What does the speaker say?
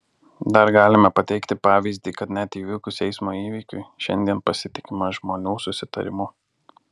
dar galime pateikti pavyzdį kad net įvykus eismo įvykiui šiandien pasitikima žmonių susitarimu